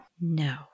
no